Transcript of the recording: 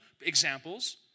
examples